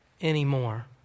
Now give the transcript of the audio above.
anymore